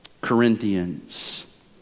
Corinthians